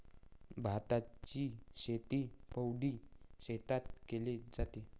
भाताची शेती पैडी शेतात केले जाते